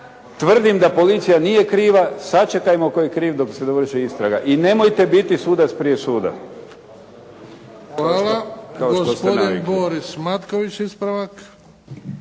Tvrdim da policija nije kriva, sačekajmo tko je kriv, dok se dovrši istraga. I nemojte biti sudac prije suda. **Bebić, Luka (HDZ)** Hvala. Gospodin Boris Matković, ispravak.